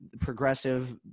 progressive